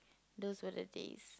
those were the days